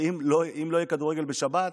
שאם לא יהיה כדורגל בשבת,